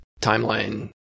timeline